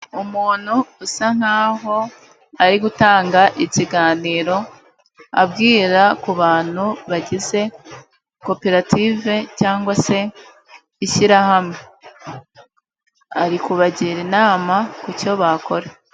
Umuntu usa nkaho ari gutanga ikiganiro abwira ku bantu bagize koperative cyangwa se ishyirahamwe, ari kubagira inama ku cyo bakora.